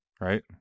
right